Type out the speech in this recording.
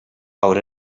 out